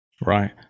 Right